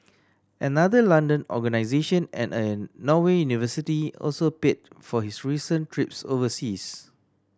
another London organisation and a Norway university also paid for his recent trips overseas